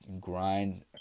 grind